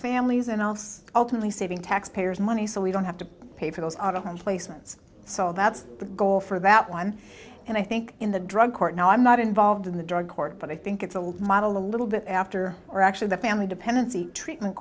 families and else ultimately saving taxpayers money so we don't have to pay for those on a home placements so that's the goal for that one and i think in the drug court now i'm not involved in the drug court but i think it's a model a little bit after or actually the family dependency treatment